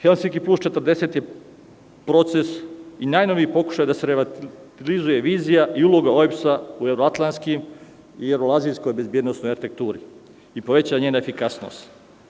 Helsinki plus 40 je proces i najnoviji pokušaj da se relativizuje vizija i uloga OEBS-a u evroatlanskim i evroazijskoj bezbednosnoj efekturi i poveća njena efikasnost.